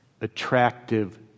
attractive